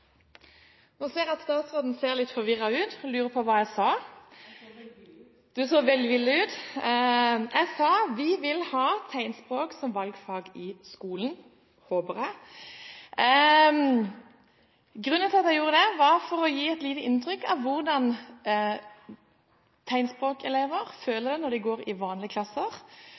ser jeg at statsråden ser litt forvirret ut. Hun lurer på hva jeg sa. Jeg så velvillig ut. Ja, statsråden så velvillig ut. Jeg sa: Vi vil ha tegnspråk som valgfag i skolen – håper jeg. Grunnen til at jeg gjorde det, var at jeg ville gi et lite inntrykk av hvordan tegnspråkelever føler det når de går i vanlige klasser,